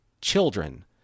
children